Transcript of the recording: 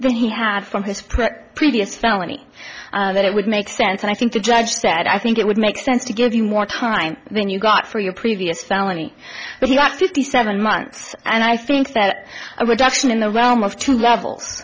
than he had from his prep previous felony that it would make sense and i think the judge said i think it would make sense to give you more time then you got for your previous felony but he got fifty seven months and i think that a reduction in the well most two levels